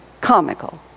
comical